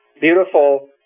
beautiful